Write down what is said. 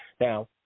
now